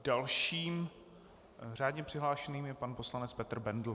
Dalším řádně přihlášeným je pan poslanec Petr Bendl.